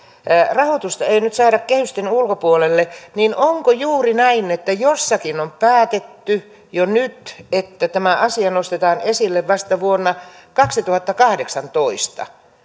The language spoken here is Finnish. rahoitusta ei nyt saada kehysten ulkopuolelle niin onko juuri näin että jossakin on päätetty jo nyt että tämä asia nostetaan esille vasta vuonna kaksituhattakahdeksantoista